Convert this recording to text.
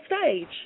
stage